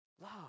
Love